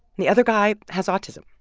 the other guy has autism,